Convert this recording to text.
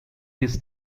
this